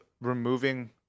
removing